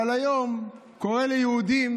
אבל היום הוא קורא ליהודים